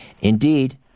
Indeed